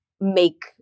make